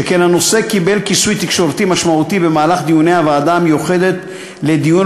שכן הנושא קיבל כיסוי תקשורתי משמעותי במהלך דיוני הוועדה המיוחדת לדיון